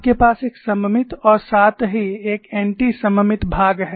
आपके पास एक सममित और साथ ही एक एंटी सममित भाग है